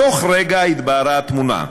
בתוך רגע התבהרה התמונה: